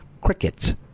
Crickets